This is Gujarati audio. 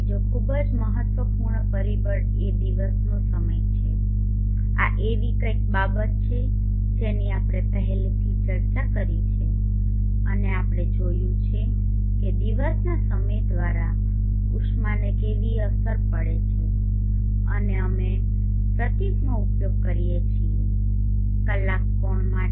બીજો ખૂબ જ મહત્વપૂર્ણ પરિબળ એ દિવસનો સમય છે આ એવી કંઈક બાબત છે જેની આપણે પહેલાથી ચર્ચા કરી છે અને આપણે જોયું છે કે દિવસના સમય દ્વારા ઉષ્માને કેવી અસર પડે છે અને અમે ɷ પ્રતીકનો ઉપયોગ કરીએ છીએ કલાક કોણ માટે